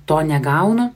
to negaunu